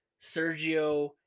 sergio